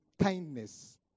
kindness